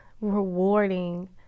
rewarding